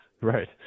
Right